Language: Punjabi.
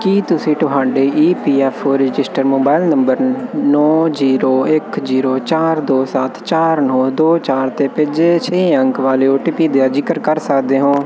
ਕੀ ਤੁਸੀਂ ਤੁਹਾਡੇ E P F O registered mobile number ਨੌਂ ਜ਼ੀਰੋ ਇੱਕ ਜ਼ੀਰੋ ਚਾਰ ਦੋ ਸੱਤ ਚਾਰ ਨੌਂ ਦੋ ਚਾਰ 'ਤੇ ਭੇਜੇ ਛੇ ਅੰਕ ਵਾਲੇ ਓ ਟੀ ਪੀ ਦਾ ਜ਼ਿਕਰ ਕਰ ਸਕਦੇ ਹੋ